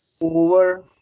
over